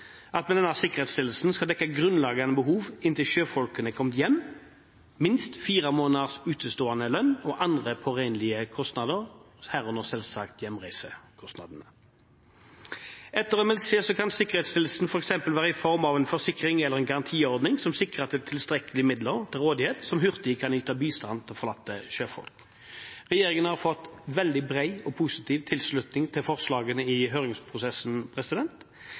hjem, med minst fire måneders utestående lønn og andre påregnelige kostnader, herunder selvsagt hjemreisekostnader. Etter MLC kan sikkerhetsstillelsen f.eks. være i form av en forsikring eller en garantiordning som sikrer at det er tilstrekkelige midler til rådighet til at det hurtig kan ytes bistand til forlatte sjøfolk. Regjeringen har fått veldig bred og positiv tilslutning til forslagene i høringsprosessen,